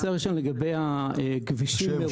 לגבי הכבישים,